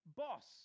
boss